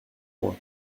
point